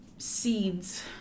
seeds